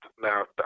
now